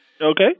Okay